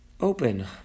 open